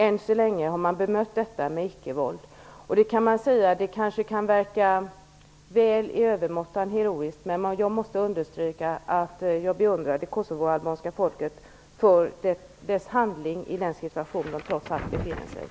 Än så länge har man bemött detta med icke-våld. Det kan verka övermåttan heroiskt, men jag måste understryka att jag beundrar det kosovoalbanska folket för dess handlingssätt i den situation som man trots allt befinner sig i.